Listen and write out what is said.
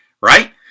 right